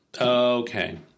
Okay